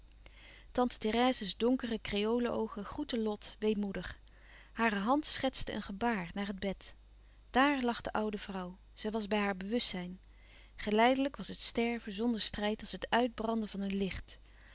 jonger tante therèse's donkere kreole oogen groetten lot weemoedig hare hand schetste een gebaar naar het bed dààr lag de oude vrouw zij was bij haar bewustzijn geleidelijk was het sterven zonder strijd als het uitbranden van een licht